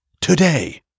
today